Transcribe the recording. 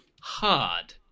hard